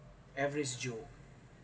average joe